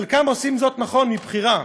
חלקם עושים זאת, נכון, מבחירה.